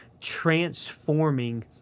transforming